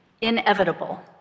inevitable